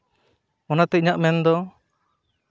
ᱚᱱᱟᱛᱮ ᱤᱧᱟᱹᱜ ᱢᱮᱱᱫᱚ